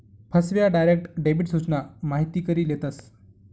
फसव्या, direct debit सूचना माहिती करी लेतस